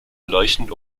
leuchtend